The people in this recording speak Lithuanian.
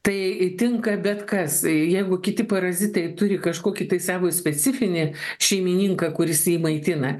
tai tinka bet kas jeigu kiti parazitai turi kažkokį tai savo specifinį šeimininką kuris jį maitina